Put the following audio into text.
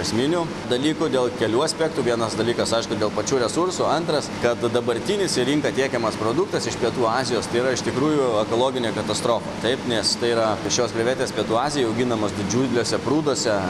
esminių dalykų dėl kelių aspektų vienas dalykas aišku dėl pačių resursų antras kad dabartinis į rinką tiekiamas produktas iš pietų azijos tai yra iš tikrųjų ekologinė katastrofa taip nes tai yra šios krevetės pietų azijoj auginamos didžiuliuose prūduose